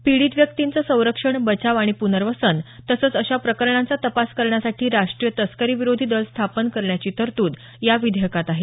पीडित व्यक्तींचं संरक्षण बचाव आणि पूनर्वसन तसंच अशा प्रकरणांचा तपास करण्यासाठी राष्टीय तस्करी विरोधी दल स्थापन करण्याची तरतूद या विधेयकात आहे